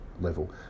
level